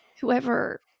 whoever